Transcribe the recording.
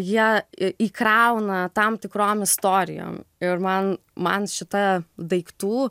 jie įkrauna tam tikrom istorijom ir man man šita daiktų